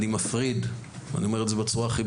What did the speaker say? אני מפריד ואני אומר את זה בצורה הכי